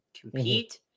compete